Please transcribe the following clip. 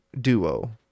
duo